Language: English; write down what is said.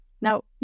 Now